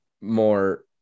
more